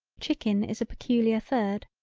chicken is a peculiar third.